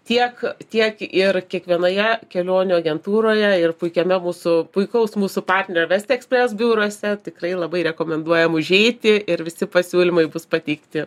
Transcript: tiek tiek ir kiekvienoje kelionių agentūroje ir puikiame mūsų puikaus mūsų partnerių vest express biuruose tikrai labai rekomenduojam užeiti ir visi pasiūlymai bus pateikti